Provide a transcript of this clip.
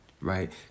right